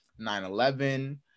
9-11